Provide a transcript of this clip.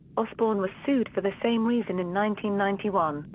osbourne was sued for the same reason in ninety ninety one,